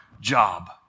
job